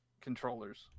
controllers